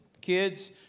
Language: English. kids